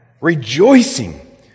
rejoicing